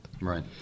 Right